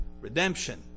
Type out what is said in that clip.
redemption